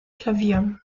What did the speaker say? klavier